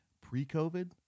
pre-COVID